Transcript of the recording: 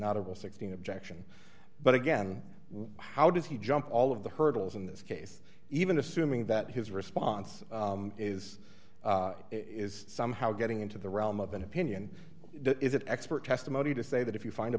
all sixteen objection but again how does he jump all of the hurdles in this case even assuming that his response is it is somehow getting into the realm of an opinion is it expert testimony to say that if you find a